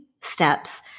steps